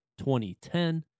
2010